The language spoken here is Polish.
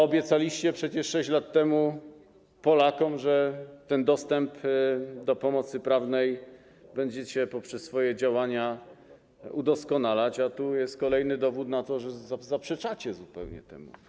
Obiecaliście przecież 6 lat temu Polakom, że dostęp do pomocy prawnej będziecie poprzez swoje działania udoskonalać, a tu jest kolejny dowód na to, że zupełnie zaprzeczacie temu.